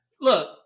Look